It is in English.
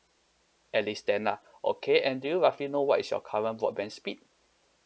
at least ten lah okay and do you roughly know what is your current broadband speed